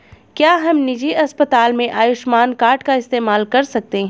क्या हम निजी अस्पताल में आयुष्मान कार्ड का इस्तेमाल कर सकते हैं?